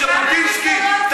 תקראי ז'בוטינסקי קצת.